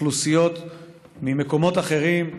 אוכלוסיות ממקומות אחרים,